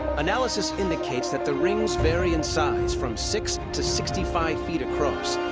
analysis indicates that the rings vary in size from six to sixty five feet across.